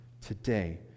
today